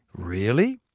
really?